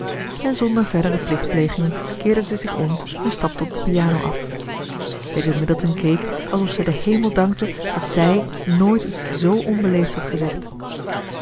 en zonder verdere plichtplegingen keerde zij zich om en stapte op de piano af lady middleton keek alsof zij den hemel dankte dat zij nooit iets z onbeleefds had gezegd